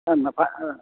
ஆ இந் ப